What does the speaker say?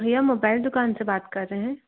भैया मोबाईल दुकान से बात कर रहे हैं